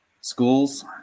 schools